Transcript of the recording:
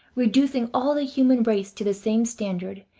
reducing all the human race to the same standard,